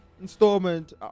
Installment